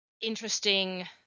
interesting